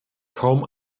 kaum